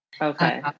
Okay